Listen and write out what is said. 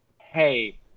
hey